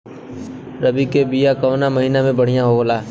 रबी के बिया कवना महीना मे बढ़ियां होला?